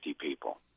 people